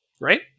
Right